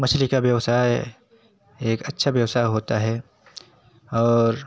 मछली का व्यवसाय एक अच्छा व्यवसाय होता है और